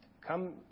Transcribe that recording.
come